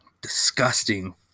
Disgusting